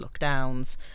lockdowns